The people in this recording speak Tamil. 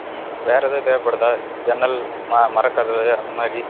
ம் வேற எதாவது தேவைப்படுதா ஜன்னல் மரக்கதவு அந்தமாதிரி